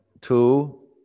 Two